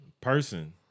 Person